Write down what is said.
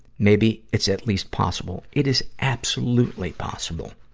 maybe it's at least possible. it is absolutely possible.